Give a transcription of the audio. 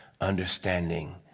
understanding